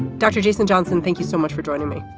dr. jason johnson, thank you so much for joining me.